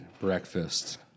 breakfast